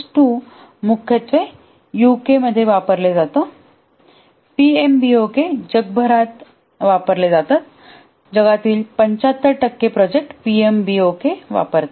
PRINCE2 मुख्यतः यूकेमध्ये वापरला जातो पीएमबीओके जगभरात वापरला जातो जगातील 75 टक्के प्रोजेक्ट पीएमबीओके वापरतात